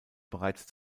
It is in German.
bereits